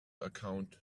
account